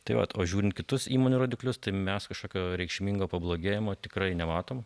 tai vat o žiūrint kitus įmonių rodiklius tai mes kažkokio reikšmingo pablogėjimo tikrai nematom